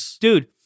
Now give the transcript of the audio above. Dude